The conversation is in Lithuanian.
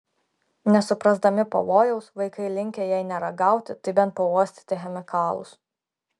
nesuprasdami pavojaus vaikai linkę jei ne ragauti tai bent pauostyti chemikalus